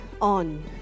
on